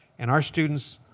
and our students,